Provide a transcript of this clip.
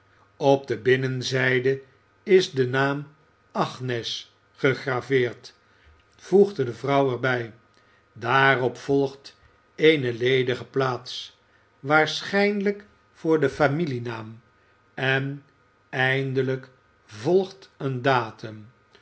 op de binnenzijde is de naam anges gegraveerd voegde de vrouw er bij daarop volgt eene ledige plaats waarschijnlijk voor den familienaam en eindelijk volgt een datum